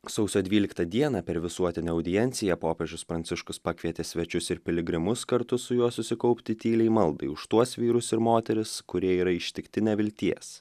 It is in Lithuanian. sausio dvyliktą dieną per visuotinę audienciją popiežius pranciškus pakvietė svečius ir piligrimus kartu su juo susikaupti tyliai maldai už tuos vyrus ir moteris kurie yra ištikti nevilties